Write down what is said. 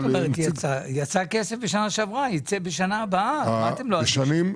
יצא כסף בשנה שעברה וייצא בשנה הבאה - אז מה אתה אומר שאתם אדישים?